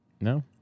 No